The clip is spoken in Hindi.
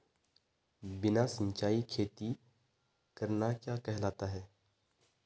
बिना सिंचाई खेती करना क्या कहलाता है?